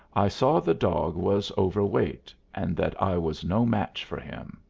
i saw the dog was overweight, and that i was no match for him.